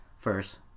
First